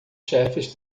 chefes